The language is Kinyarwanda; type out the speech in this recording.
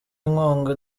inkunga